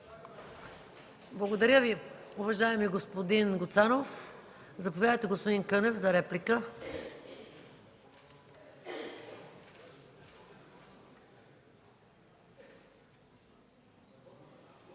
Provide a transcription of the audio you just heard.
Благодаря Ви, уважаеми господин Гуцанов. Заповядайте, господин Кънев, за реплика.